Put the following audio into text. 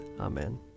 Amen